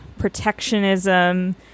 protectionism